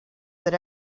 that